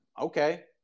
Okay